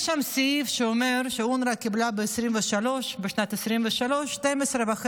יש שם סעיף שאומר שבשנת 2023 אונר"א